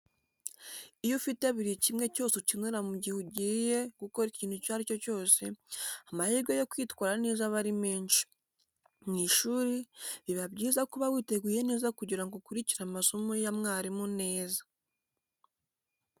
Iyo ufite buri kimwe cyose ukenera mu gihe ugiye gukora ikintu icyo ari cyo cyose, amahirwe yo kwitwara neza aba menshi. Mu ishuri, biba byiza kuba witeguye neza kugira ngo ukurikire amasomo ya mwarimu neza.